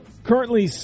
Currently